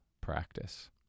practice